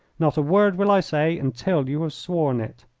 not a word will i say until you have sworn it.